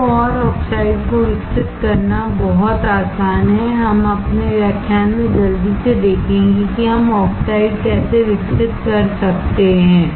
तो और ऑक्साइड को विकसित करना बहुत आसान है हम अपने व्याख्यान में जल्दी से देखेंगे कि हम ऑक्साइड कैसे विकसित कर सकते हैं